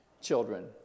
children